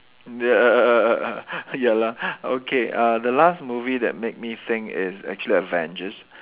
ya ya lah okay uh the last movie that made me think is actually Avengers